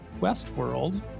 Westworld